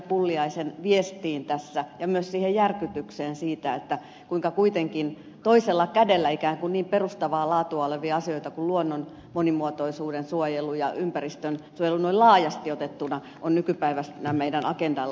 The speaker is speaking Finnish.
pulliaisen viestiin tässä ja myös siihen järkytykseen siitä kuinka kuitenkin toisella kädellä ikään kuin niin perustavaa laatua olevia asioita kuin luonnon monimuotoisuuden suojelu ja ympäristönsuojelu noin laajasti otettuna on nykypäivänä meillä agendalla